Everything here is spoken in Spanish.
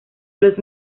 los